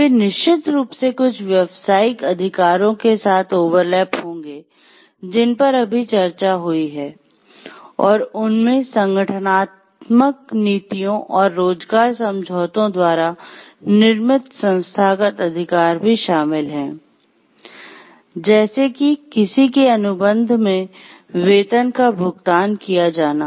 वे निश्चित रूप से कुछ व्यावसायिक अधिकारों के साथ ओवरलैप होंगे जिन पर अभी चर्चा हुई है और उनमें संगठनात्मक नीतियों और रोजगार समझौतों द्वारा निर्मित संस्थागत अधिकार भी शामिल हैं जैसे कि किसी के अनुबंध में वेतन का भुगतान किया जाना